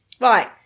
Right